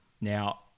Now